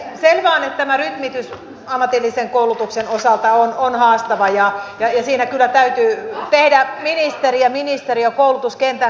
sen totean vain että tämä rytmitys ammatillisen koulutuksen osalta on haastava ja siinä kyllä täytyy tehdä ministerin ja ministeriön koulutuskentän kaikkensa